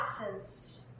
absence